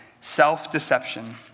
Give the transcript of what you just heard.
self-deception